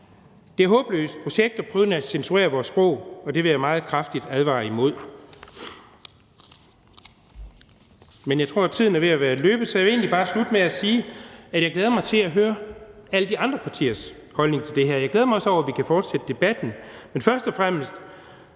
Det er et håbløst projekt at prøve at censurere vores sprog, og det vil jeg meget kraftigt advare imod. Jeg tror, at tiden er ved at være løbet ud, så jeg vil egentlig bare slutte med at sige, at jeg glæder mig til at høre alle de andre partiers holdning til det her. Jeg glæder mig også over, at vi kan fortsætte debatten; men først og fremmest